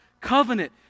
covenant